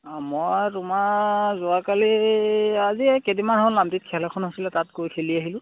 মই তোমাৰ যোৱাকালি আজি কেইদিনমান হ'ল নামটিত খেল এখন হৈছিলে তাত গৈ খেলি আহিলোঁ